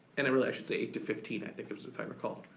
and and really i should say eight to fifteen i think it was, if i recall.